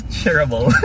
shareable